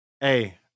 Hey